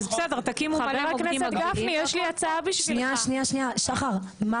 בסדר אז תקימו מלא מוקדים מקבילים והכל טוב.